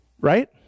Right